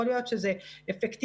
יכול להיות שזה אפקטיבי,